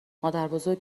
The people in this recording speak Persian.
مادربزرگ